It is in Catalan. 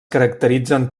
caracteritzen